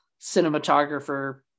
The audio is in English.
cinematographer